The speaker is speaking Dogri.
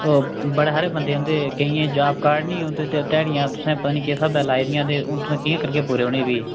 ओह् बड़े सारे बंदे उं'दे च केइयें च जाब कार्ड निं ओह्दे च ध्याड़ियां तुसें पता निं किस स्हाबै लाई दियां ते हून तुस कि'यां करगे पूरे उ'नें गी भी